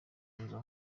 nzu